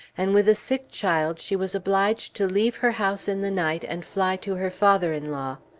and with a sick child she was obliged to leave her house in the night and fly to her father-in-law.